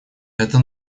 эта